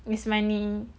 miss mani